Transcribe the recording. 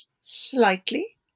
Slightly